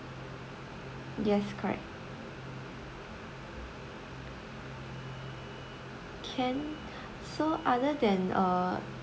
yes correct can so other than uh